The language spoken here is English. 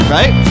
Right